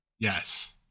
Yes